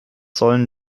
sollen